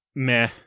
Meh